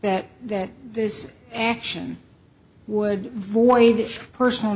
that that this action would void personal